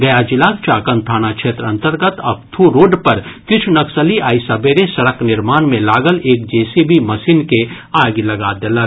गया जिलाक चाकंद थाना क्षेत्र अन्तर्गत अकथू रोड पर किछु नक्सली आइ सबेरे सड़क निर्माण मे लागल एक जेसीबी मशीन के आगि लगा देलक